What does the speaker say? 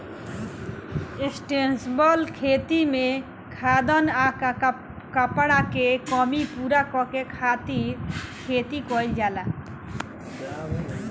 sustainable खेती में खाद्यान आ कपड़ा के कमी पूरा करे खातिर खेती कईल जाला